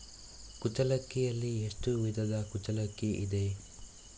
ಕುಚ್ಚಲಕ್ಕಿಯಲ್ಲಿ ಎಷ್ಟು ವಿಧದ ಕುಚ್ಚಲಕ್ಕಿ ಇದೆ?